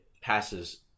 passes